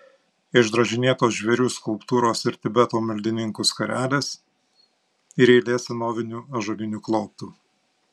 išdrožinėtos žvėrių skulptūros ir tibeto maldininkų skarelės ir eilė senovinių ąžuolinių klauptų